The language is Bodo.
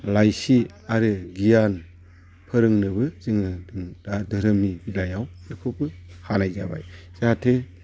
लाइसि आरो गियान फोरोंनोबो जोङो दा धोरोमनि बेलायाव बेखौबो हानाय जाबाय जाहाथे